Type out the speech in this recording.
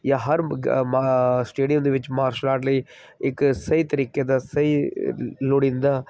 ਜਾਂ ਹਰ ਮਾ ਸਟੇਡੀਅਮ ਦੇ ਵਿੱਚ ਮਾਰਸ਼ਲ ਆਰਟ ਲਈ ਇੱਕ ਸਹੀ ਤਰੀਕੇ ਦਾ ਸਹੀ ਲੋੜੀਂਦਾ